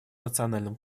национальном